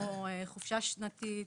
כמו חופשה שנתית,